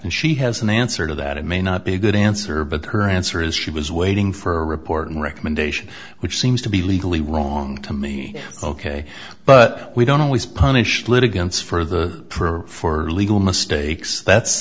and she has an answer to that it may not be a good answer but her answer is she was waiting for a report recommendation which seems to be legally wrong to me ok but we don't always punish litigants for the for legal mistakes that's